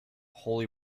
holy